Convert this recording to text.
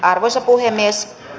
arvoisa puhemies